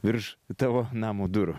virš tavo namo durų